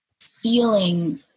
feeling